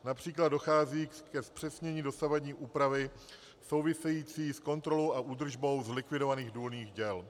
Například dochází ke zpřesnění dosavadní úpravy související s kontrolou a údržbou zlikvidovaných důlních děl.